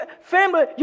family